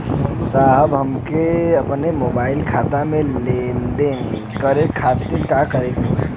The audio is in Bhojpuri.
साहब हमके अपने मोबाइल से खाता के लेनदेन करे खातिर का करे के होई?